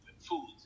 food